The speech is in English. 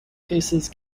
cases